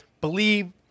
believe